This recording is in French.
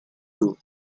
dos